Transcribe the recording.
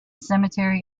cemetery